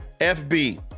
fb